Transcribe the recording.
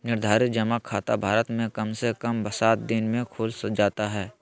निर्धारित जमा खाता भारत मे कम से कम सात दिन मे खुल जाता हय